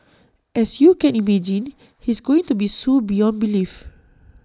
as you can imagine he's going to be sued beyond belief